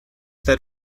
that